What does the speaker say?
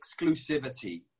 exclusivity